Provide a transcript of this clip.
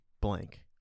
blank